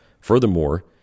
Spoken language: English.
Furthermore